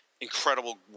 incredible